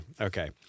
okay